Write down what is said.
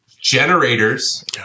generators